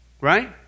Right